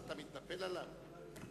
אז אתה מתנפל עליו?